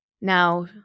Now